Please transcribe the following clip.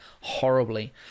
horribly